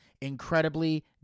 incredibly